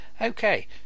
Okay